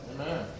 Amen